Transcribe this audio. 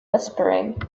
whispering